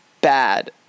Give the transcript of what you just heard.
bad